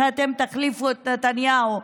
שאתם תחליפו את נתניהו,